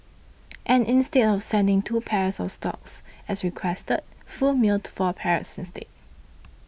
and instead of sending two pairs of stocks as requested Foo mailed to four pairs instead